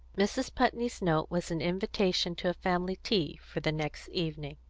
mrs. putney's note was an invitation to a family tea for the next evening.